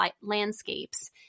landscapes